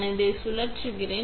நான் இதை சுழற்றுகிறேன்